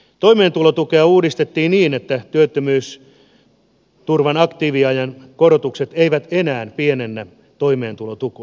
toimeentulotukea uudistettiin niin että työttömyysturvan aktiiviajan korotukset eivät enää pienennä toimeentulotukea